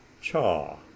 Cha